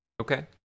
okay